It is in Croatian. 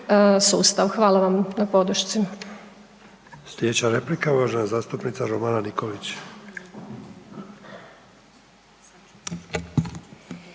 Hvala vam na podršci.